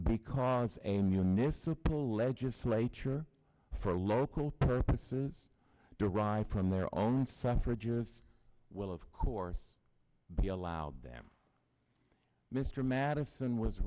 because a municipal legislature for local purposes derived from their own suffrage will of course be allowed them mr madison was